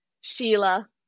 Sheila